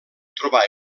trobar